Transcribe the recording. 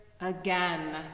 again